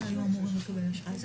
אחד,